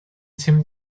tim